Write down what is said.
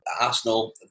Arsenal